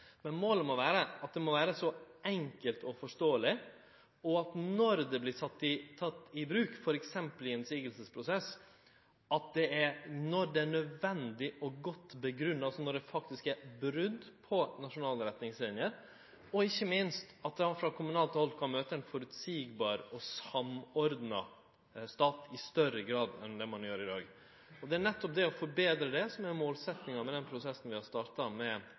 Målet må likevel vere at lovverket må vere enkelt og forståeleg, og at når det vert teke i bruk f.eks. i ein motsegnsprosess, er det nødvendig og godt grunngjeve – altså når det faktisk er brot på nasjonale retningslinjer – og ikkje minst at ein frå kommunalt hald kan møte ein føreseieleg og samordna stat i større grad enn det ein gjer i dag. Det er nettopp det å forbetre dette som er målsetjinga med den prosessen vi har starta med